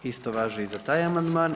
Isto važi i za taj amandman.